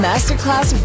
Masterclass